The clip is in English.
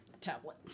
tablet